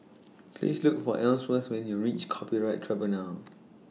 Please Look For Ellsworth when YOU REACH Copyright Tribunal